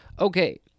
Okay